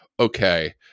Okay